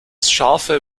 scharfe